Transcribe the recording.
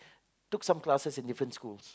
took some classes in different school